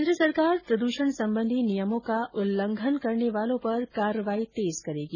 केन्द्र सरकार प्रदूषण संबंधी नियमों का उल्लंघन करने वालों पर कार्रवाई तेज करेगी